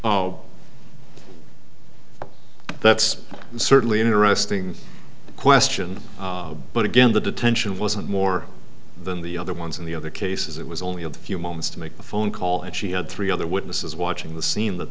oh that's certainly an interesting question but again the detention wasn't more than the other ones and the other cases it was only a few moments to make a phone call and she had three other witnesses watching the scene that